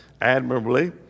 admirably